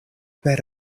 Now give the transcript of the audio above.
per